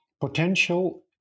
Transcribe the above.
potential